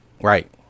Right